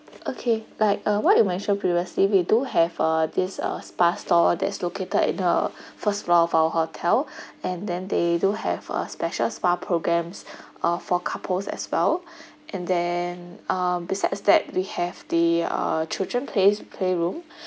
okay like uh what you mentioned previously we do have uh this uh spa store that is located at the first floor of our hotel and then they do have a special spa programs uh for couples as well and then um besides that we have the uh children play playroom